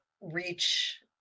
reach